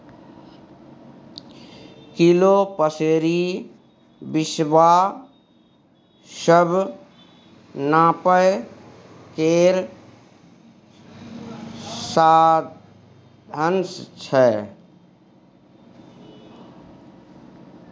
kilo, पसेरी, बिसवा सब नापय केर साधंश छै